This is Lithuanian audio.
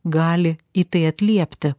gali į tai atliepti